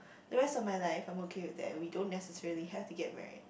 the rest of my life I'm okay with that we don't necessarily have to get married